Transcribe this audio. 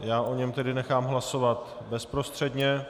Já o něm tedy nechám hlasovat bezprostředně.